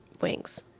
wings